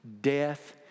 Death